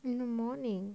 in the morning